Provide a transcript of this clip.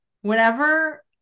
whenever